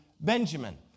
Benjamin